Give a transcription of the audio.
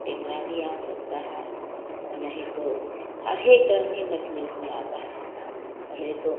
टेंगरा भी आ सकता हैं और नहीं तो हर एक रंग की मछली उसमें आता हैं पहले तो